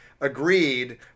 agreed